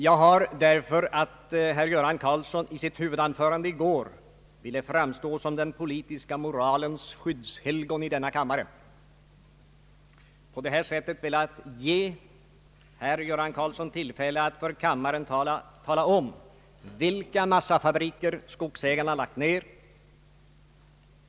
Jag har — därför att herr Karlsson i sitt huvudanförande i går ville framstå som den politiska moralens skyddshelgon i denna kammare — på det här sättet velat ge herr Göran Karlsson tillfälle att för kammaren tala om vilka massafabriker skogsägarna lagt ned.